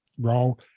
role